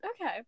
Okay